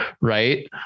Right